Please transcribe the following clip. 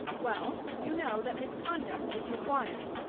well, you know that misconduct is required.